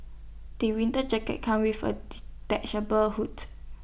the winter jacket come with A hood